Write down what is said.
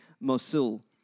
Mosul